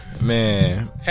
Man